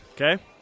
Okay